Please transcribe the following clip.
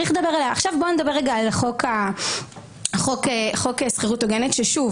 עכשיו בואו נדבר רגע על חוק שכירות הוגנת ששוב